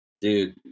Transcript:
Dude